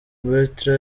bartra